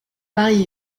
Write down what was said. pareille